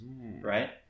right